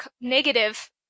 negative